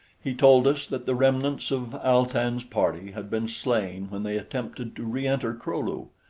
he told us that the remnants of al-tan's party had been slain when they attempted to re-enter kro-lu.